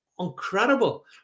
incredible